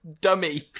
Dummy